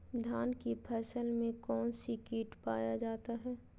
धान की फसल में कौन सी किट पाया जाता है?